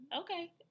Okay